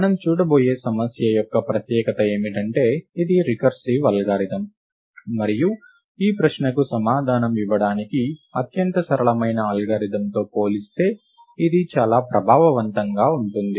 మనము చూడబోయే సమస్య యొక్క ప్రత్యేకత ఏమిటంటే ఇది రికర్సివ్ అల్గోరిథం మరియు ఈ ప్రశ్నకు సమాధానం ఇవ్వడానికి అత్యంత సరళమైన అల్గారిథమ్తో పోలిస్తే ఇది చాలా ప్రభావవంతంగా ఉంటుంది